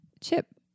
chip